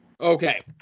okay